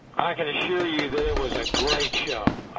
i can assure you that it was a great show.